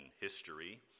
history